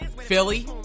Philly